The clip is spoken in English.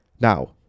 now